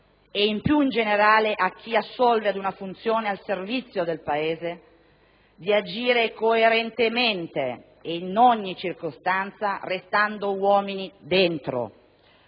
noi e più in generale a chi assolve ad una funzione al servizio del Paese, di agire coerentemente ed in ogni circostanza restando uomini «dentro».